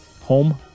home